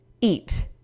eat